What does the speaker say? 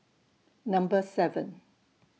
Number seven